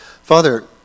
Father